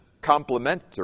complementary